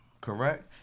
correct